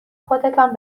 خودتان